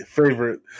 favorite